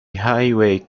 highway